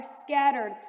scattered